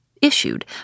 issued